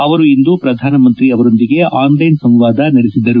ಅವರು ಇಂದು ಪ್ರಧಾನಮಂತ್ರಿ ಅವರೊಂದಿಗೆ ಆನ್ಲ್ಟಿನ್ ಸಂವಾದ ನಡೆಸಿದರು